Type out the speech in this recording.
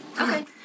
Okay